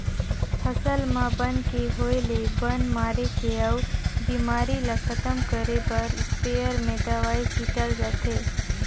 फसल म बन के होय ले बन मारे के अउ बेमारी ल खतम करे बर इस्पेयर में दवई छिटल जाथे